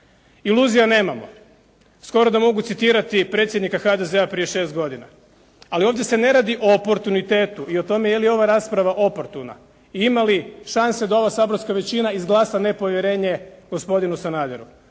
Iluzija nemamo, skoro da mogu citirati predsjednika HDZ-a prije šest godina, ali ovdje se ne radi o oportunitetu, i o tome je li ova rasprava oportuna i imali li šanse da ova saborska većina izglasa nepovjerenje gospodinu Sanaderu,